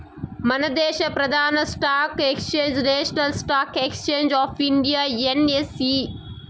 మనదేశ ప్రదాన stock exchange national stock exchange of India NSE